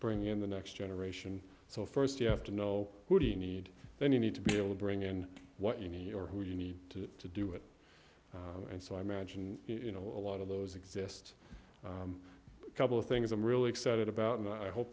bring in the next generation so first you have to know who do you need then you need to be able to bring in what you need or who you need to do it and so i imagine a lot of those exist a couple of things i'm really excited about and i hope